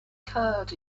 curd